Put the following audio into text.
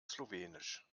slowenisch